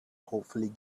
hopefully